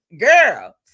girl